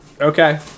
Okay